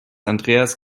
andreas